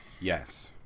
Yes